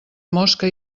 mosca